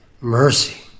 mercy